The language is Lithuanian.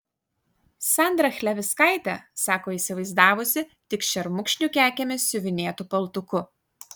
sandrą chlevickaitę sako įsivaizdavusi tik šermukšnių kekėmis siuvinėtu paltuku